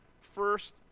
first